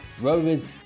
Rovers